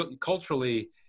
culturally